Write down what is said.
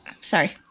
Sorry